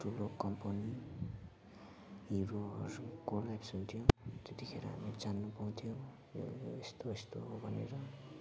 ठुलो कम्पनी हीरोहरू कोल्याप्स् हुन्थ्यो त्यतिखेर हामी जान्न् पाउँथ्यो यस्तो यस्तो हो भनेर